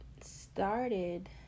started